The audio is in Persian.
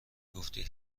گفتی